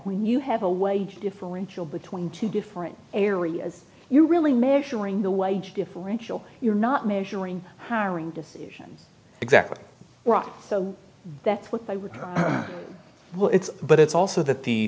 when you have a wage differential between two different areas you really measuring the wage differential you're not measuring hiring decisions exactly right so that's what they were well it's but it's also that